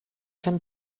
can